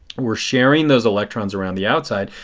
we are sharing those electrons around the outside,